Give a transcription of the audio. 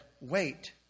Wait